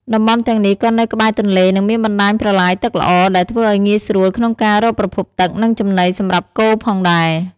តំបន់ទាំងនេះក៏នៅក្បែរទន្លេ និងមានបណ្តាញប្រឡាយទឹកល្អ ដែលធ្វើឲ្យងាយស្រួលក្នុងការរកប្រភពទឹក និងចំណីសម្រាប់គោផងដែរ។